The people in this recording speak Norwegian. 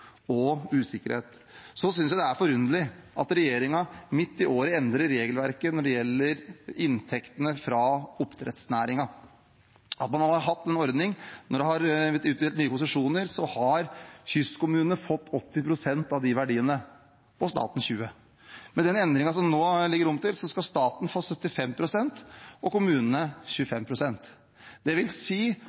og usikkerhet. Så synes jeg det er forunderlig at regjeringen midt i året endrer regelverket når det gjelder inntektene fra oppdrettsnæringen. En har hatt den ordningen når det har vært gitt nye konsesjoner, at kystkommunene har fått 80 pst. av verdiene og staten 20 pst. Med de endringene det nå ligger an til, skal staten få 75 pst. og kommunene